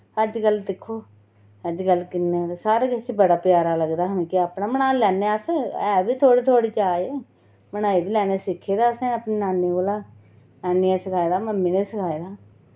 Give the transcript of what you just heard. अजकल दिक्खो अजकल किन्ना ते सारा किश बड़ा प्यारा लगदा हा मिकी अपना बना लैन्ने अस है बी थोह्ड़ी थोह्ड़ी जाच बनाई बी लैन्ने सिक्खे दा असें अपनी नानी कोला नानी नै सखाए दा मम्मी नै सखाए दा